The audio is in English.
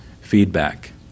feedback